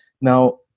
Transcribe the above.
now